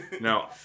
no